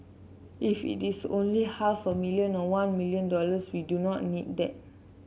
if it is only half a million or one million dollars we do not need that